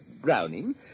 Browning